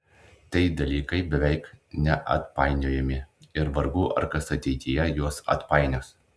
tai dalykai beveik neatpainiojami ir vargu ar kas ateityje juos atpainios